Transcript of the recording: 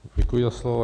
Děkuji za slovo.